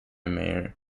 mayor